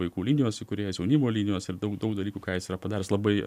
vaikų linijos įkūrėjas jaunimo linijos ir daug daug dalykų ką jis yra padaręs labai